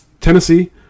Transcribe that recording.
Tennessee